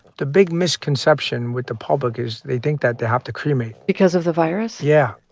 the big misconception with the public is they think that they have to cremate because of the virus yeah.